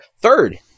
third